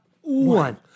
one